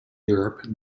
europe